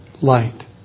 light